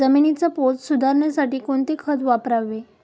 जमिनीचा पोत सुधारण्यासाठी कोणते खत वापरावे?